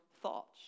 thoughts